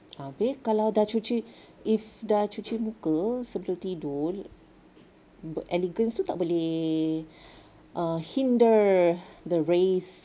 abeh kalau dah cuci if dah cuci muka sebelum tidur the elegance tu tak boleh ah hinder the rays